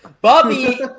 Bobby